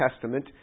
Testament